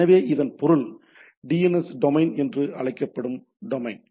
எனவே இதன் பொருள் டிஎன்எஸ் டெமோன் என்று அழைக்கப்படும் டெமோன்